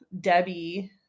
Debbie